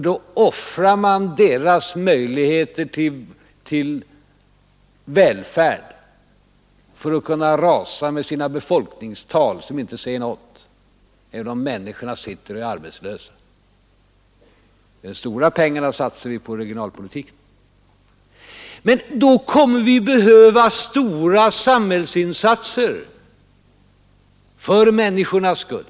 Då offrar man deras möjligheter till välfärd för att kunna rasa med sina befolkningstal som inte säger någonting. Men då kommer vi att behöva göra stora samhällsinsatser för människornas skull.